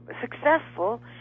successful